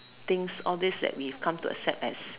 things all this that we've come to accept as